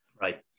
Right